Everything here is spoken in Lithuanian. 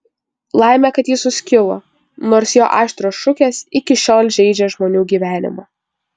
laimė kad ji suskilo nors jo aštrios šukės iki šiol žeidžia žmonių gyvenimą